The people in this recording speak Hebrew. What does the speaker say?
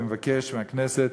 אני מבקש מהכנסת